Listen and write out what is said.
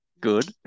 Good